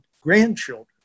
grandchildren